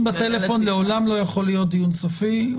בטלפון לעולם לא יכול להיות דיון סופי.